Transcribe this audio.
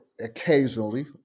occasionally